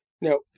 Now